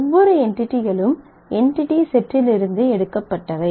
ஒவ்வொரு என்டிடிகளும் என்டிடி செட்டிலிருந்து எடுக்கப்பட்டவை